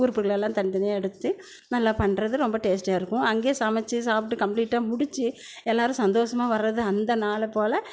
உறுப்புகளெல்லாம் தனித்தனியாக எடுத்து நல்லா பண்ணுறது ரொம்ப டேஸ்ட்டாக இருக்கும் அங்கேயே சமைச்சி சாப்பிட்டு கம்ப்ளீட்டாக முடித்து எல்லோரும் சந்தோஷமாக வர்றது அந்த நாளை போல்